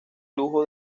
lujo